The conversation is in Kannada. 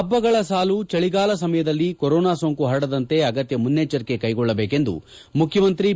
ಪಭ್ವಗಳ ಸಾಲು ಚಳಿಗಾಲ ಸಮಯದಲ್ಲಿ ಕೊರೋನಾ ಸೋಂಕು ಪರಡದಂತೆ ಆಗತ್ಯ ಮುನ್ನಚ್ಚರಿಕೆ ಕೈಗೊಳ್ಳಬೇಕೆಂದು ಮುಖ್ಕಮಂತ್ರಿ ಬಿ